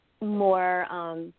more –